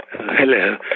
Hello